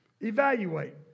Evaluate